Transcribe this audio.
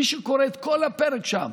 מי שקורא את כל הפרק שם,